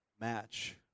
match